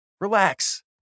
Relax